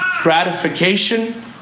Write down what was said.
gratification